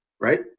Right